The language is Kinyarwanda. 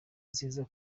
nziza